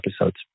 episodes